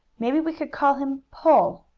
maybe we could call him pull,